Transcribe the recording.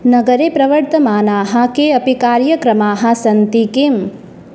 नगरे प्रवर्तमानाः के अपि कार्यक्रमाः सन्ति किम्